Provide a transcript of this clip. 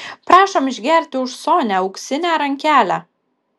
prašom išgerti už sonią auksinę rankelę